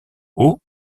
haut